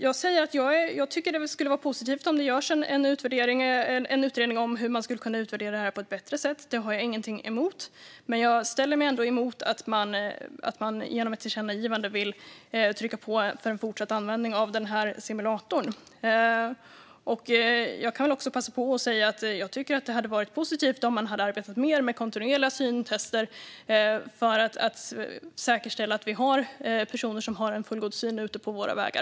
Jag tycker att det skulle vara positivt om det görs en utredning om hur man skulle kunna utvärdera detta på ett bättre sätt. Det har jag ingenting emot. Men jag är ändå emot att man genom ett tillkännagivande vill trycka på för en fortsatt användning av denna simulator. Jag kan också passa på att säga att det hade varit positivt om man hade arbetat mer med kontinuerliga syntester för att säkerställa att vi har personer som har fullgod syn ute på våra vägar.